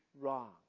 wrong